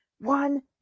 one